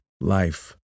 life